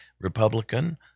Republican